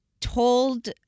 told